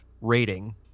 rating